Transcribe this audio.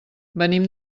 venim